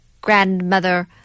grandmother